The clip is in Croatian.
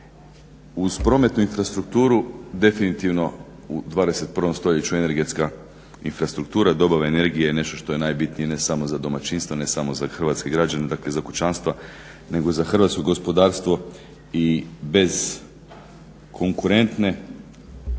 Uz prometnu infrastrukturu definitivno u 21.stoljeću energetska infrastruktura dobava energije je nešto što je najbitnije ne samo za domaćinstva, ne samo za hrvatske građane dakle za kućanstava nego za hrvatsko gospodarstvo i bez konkurentne